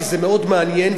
כי זה מאוד מעניין,